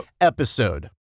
episode